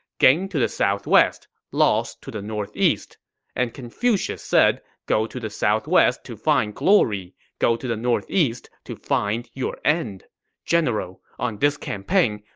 gain to the southwest, loss to the northeast and confucius said, go to the southwest to find glory go to the northeast to find your end general, on this campaign,